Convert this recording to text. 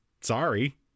Sorry